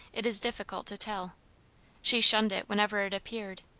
it is difficult to tell she shunned it whenever it appeared,